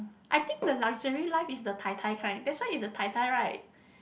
I think the luxury life is the Tai-Tai kind that's why in the Tai-Tai right